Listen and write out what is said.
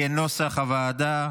כנוסח הוועדה.